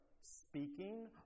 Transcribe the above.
speaking